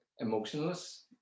emotionless